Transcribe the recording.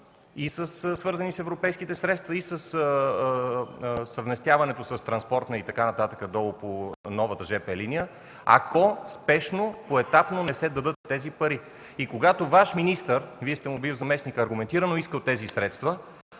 и свързани с европейските средства, и съвместяването с транспорта по новата жп линия, ако спешно поетапно не се дадат тези пари. И когато Ваш министър, Вие сте му бил заместник, аргументирано е искал тези средства,